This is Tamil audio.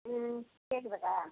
ம் கேட்குதாக்கா